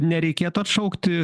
nereikėtų atšaukti